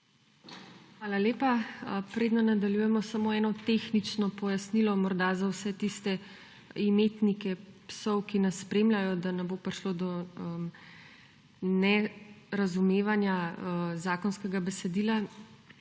Hvala lepa. Preden nadaljujemo samo eno tehnično pojasnilo za vse tiste imetnike psov, ki nas spremljajo, da ne bo prišlo do nerazumevanja zakonskega besedila.